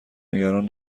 نگران